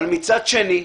אך מצד שני,